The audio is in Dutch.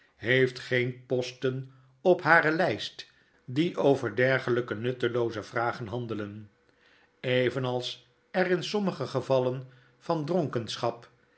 heeft geen posten op uare lpt die over dergelyke nuttelooze vragen handelen evenals er in sommige gevallen van dronkenschap